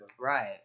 Right